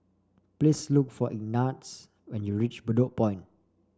please look for Ignatz when you reach Bedok Point